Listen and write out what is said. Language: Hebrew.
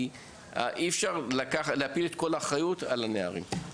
כי אי אפשר להפיל את כל האחריות על הנערים.